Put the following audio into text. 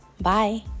Bye